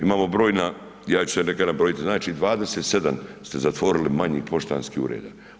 Imamo brojna, ja ću sada neka nabrojiti, znači 27 se zatvorili manjih poštanskih ureda.